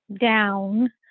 down